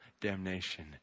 damnation